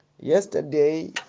yesterday